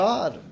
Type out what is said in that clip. God